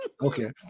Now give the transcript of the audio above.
Okay